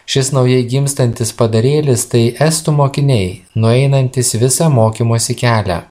šis naujai gimstantis padarėlis tai estų mokiniai nueinantys visą mokymosi kelią